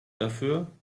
dafür